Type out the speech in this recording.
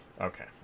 okay